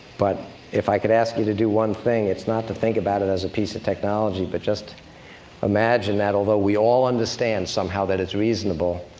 but if i could ask you to do one thing, it's not to think about it as a piece of technology, but just imagine that, although we all understand somehow that it's reasonable